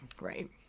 Right